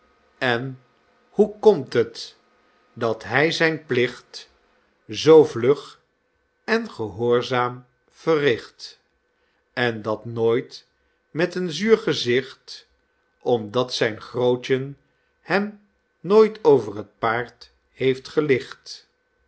en hoe komt het dat hy zijn plicht zoo vlug en gehoorzaam verricht en dat nooit met een zuur gezicht omdat zijn grootjen hem nooit over t paard heeft gelicht